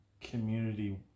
community